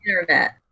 internet